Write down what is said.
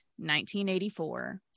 1984